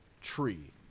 tree